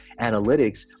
analytics